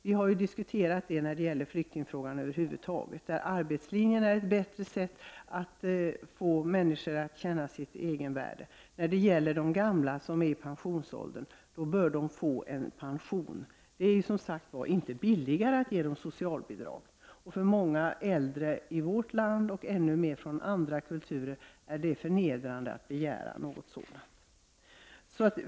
Vi har diskuterat detta när det gäller flyktingfrågan över huvud taget och sagt att arbetslinjen är ett bättre sätt att få människor att känna sitt egenvärde. Människor som är i pensionsåldern bör få en pension i stället. Det är ju inte billigare att ge dem socialbidrag. För många äldre i vårt land, och kanske i ännu högre grad för människor från andra kulturer, är det förnedrande att begära socialbidrag.